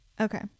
Okay